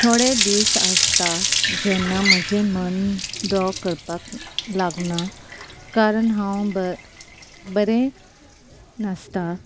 थोडे दीस आसता जेन्ना म्हजें मन ड्रॉ करपाक लागना कारण हांव बरें नासता